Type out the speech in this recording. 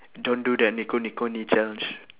don't do that nico nico nii challenge